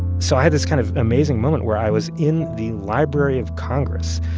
so i had this kind of amazing moment where i was in the library of congress,